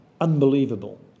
Unbelievable